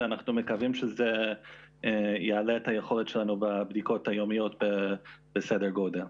ואנחנו מקווים שזה יעלה את היכולת שלנו בבדיקות היומיות בסדר גודל.